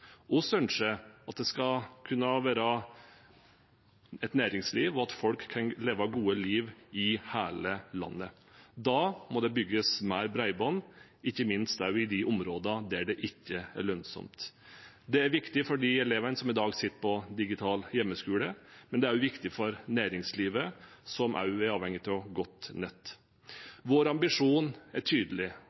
ønsker at det skal kunne være et næringsliv – og at folk kan leve et godt liv – i hele landet. Da må det bygges mer bredbånd, ikke minst i de områdene der det ikke er lønnsomt. Det er viktig for de elevene som i dag sitter på digital hjemmeskole, men det er også viktig for næringslivet, som også er avhengig av godt nett. Vår ambisjon er tydelig,